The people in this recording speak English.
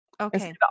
Okay